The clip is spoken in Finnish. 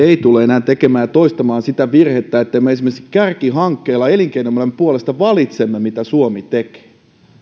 ei tule toistamaan sitä virhettä että me esimerkiksi kärkihankkeilla elinkeinoelämän puolesta valitsemme mitä suomi tekee